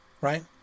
right